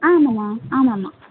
ஆ ஆமாம்மா ஆமாம் ஆமாம்